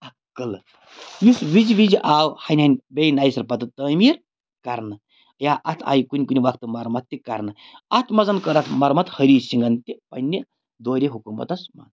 اَکھ قٕلہٕ یُس وِزِ وِزِ آو ہَنہِ ہَنہِ بیٚیہِ نَیہِ سَر پَتہٕ تعمیٖر کرنہٕ یا اَتھ آیہِ کُنہِ کُنہِ وقتہٕ مَرمَت تہِ کرنہٕ اَتھ منٛز کٔر اَتھ مَرمَت ۂری سِنٛگھَن تہِ پنٛنہِ دورِ حکوٗمتس